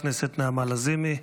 חברת הכנסת נעמה לזימי,